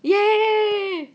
yea